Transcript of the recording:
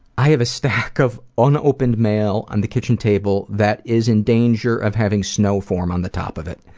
i have a stack of un-opened mail on the kitchen table that is in danger of having snow form on the top of it.